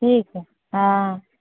ٹھیک ہے ہاں